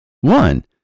One